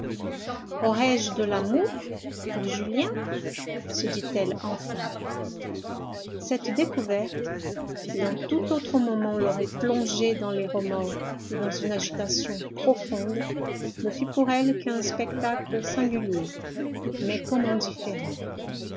aurais-je de l'amour pour julien se dit-elle enfin cette découverte qui dans tout autre moment l'aurait plongée dans les remords et dans une agitation profonde ne fut pour elle qu'un spectacle singulier mais comme indifférent